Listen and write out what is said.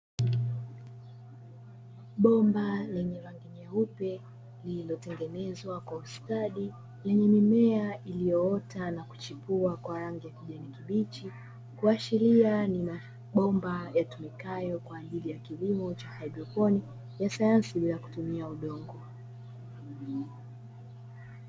Bomba lenye rangi nyeupe, lililotengenezwa kwa ustadi lenye mimea iliyoota na kuchipua kwa rangi ya kijani kibichi, kuashiria ni mabomba yatumikayo kwa ajili ya kilimo cha haidroponi; ya sayansi bila kutumia udongo.